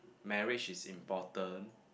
marriage is important